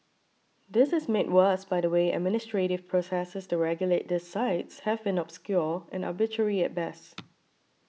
this is made worse by the way administrative processes to regulate these sites have been obscure and arbitrary at best